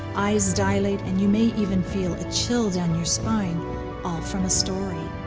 eyes dilate, and you may even feel a chill down your spine all from a story.